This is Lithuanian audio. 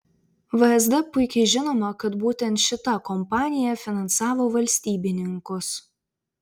vsd puikiai žinoma kad būtent šita kompanija finansavo valstybininkus